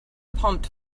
pumped